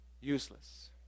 useless